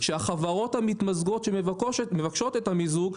שהחברות המתמזגות שמבקשות את המיזוג,